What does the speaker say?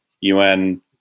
un